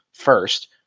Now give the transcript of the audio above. first